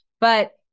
But-